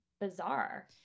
bizarre